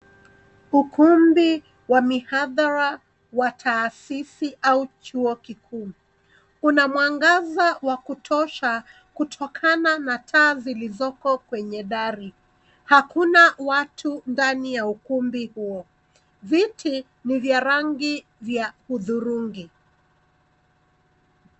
Ukumbi wa mihadhara wa taasisi au chuo kikuu. Kuna mwangaza wa kutosha kutokana na taa zilizoko kwenye dari. Hakuna watu ndani ya ukumbi huo. Viti ni vya rangi ya hudhurungi.